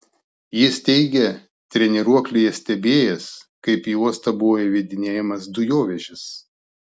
jis teigė treniruoklyje stebėjęs kaip į uostą buvo įvedinėjamas dujovežis